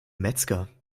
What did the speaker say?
metzger